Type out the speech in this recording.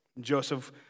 Joseph